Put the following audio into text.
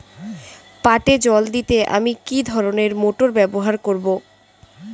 পাটে জল দিতে আমি কি ধরনের মোটর ব্যবহার করব?